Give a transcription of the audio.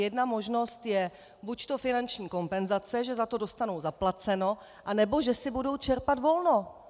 Jedna možnost je buďto finanční kompenzace, že za to dostanou zaplaceno, anebo že si budou čerpat volno.